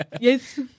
Yes